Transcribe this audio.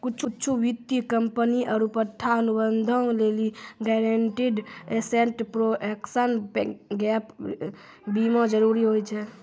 कुछु वित्तीय कंपनी आरु पट्टा अनुबंधो लेली गारंटीड एसेट प्रोटेक्शन गैप बीमा जरुरी होय छै